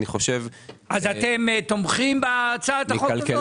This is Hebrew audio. אני חושב -- אז אתם תומכים בהצעת החוק הזאת?